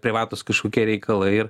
privatūs kažkokie reikalai ir